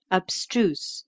abstruse